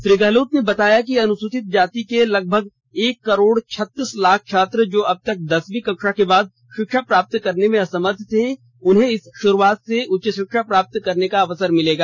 श्री गहलोत ने बताया कि अनुसूचित जाति के लगभग एक करोड़ छत्तीस लाख छात्र जो अब तक दसवीं कक्षा के बाद शिक्षा प्राप्त करने में असमर्थ थे उन्हें इस श्रुआत से उच्च शिक्षा प्राप्त करने का अवसर मिलेगा